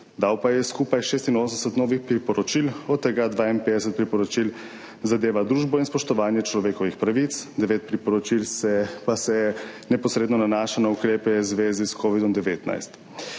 dal pa je skupaj 86 novih priporočil, od tega 52 priporočil zadeva družbo in spoštovanje človekovih pravic, devet priporočil pa se neposredno nanaša na ukrepe v zvezi s covidom-19.